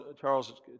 Charles